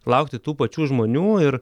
laukti tų pačių žmonių ir